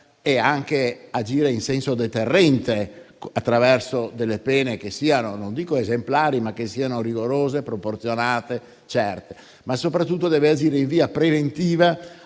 e anche agire in senso deterrente attraverso delle pene che siano non dico esemplari, ma rigorose, proporzionate e certe, ma soprattutto deve agire in via preventiva